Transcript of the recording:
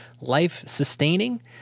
life-sustaining